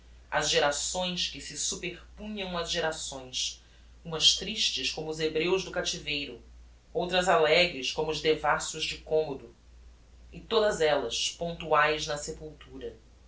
as gerações que se superpunham ás gerações umas tristes como os hebreus do captiveiro outras alegres como os devassos de commodo e todas ellas pontuaes na sepultura